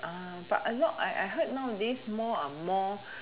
but a lot I I heard nowadays more more